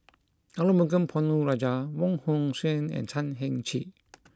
Arumugam Ponnu Rajah Wong Hong Suen and Chan Heng Chee